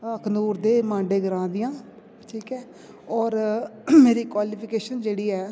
अखनूर दे मांडे ग्रांऽ दी आं ठीक ऐ होर मेरी क्वालिफिकेशन जेह्ड़ी ऐ